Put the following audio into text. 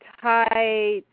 tight